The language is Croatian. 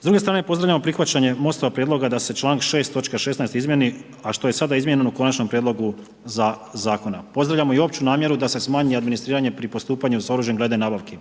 S druge strane pozdravljamo prihvaćanje Mostovog prijedlog da se članak 6. točka 16. izmijeni, a što je sada izmijenjeno u Konačnom prijedlogu zakona. Pozdravljamo i opću namjeru da se smanji administriranje pri postupanju s oružjem glede nabavki.